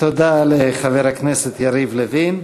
תודה לחבר הכנסת יריב לוין.